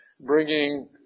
bringing